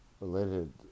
related